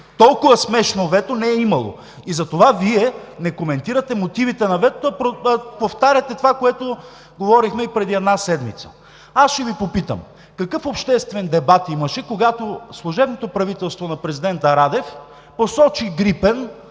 Толкова смешно вето не е имало. Затова Вие не коментирате мотивите на ветото, а повтаряте това, което говорихме и преди една седмица. Аз ще Ви попитам: какъв обществен дебат имаше, когато служебното правителство на президента Радев посочи „Грипен“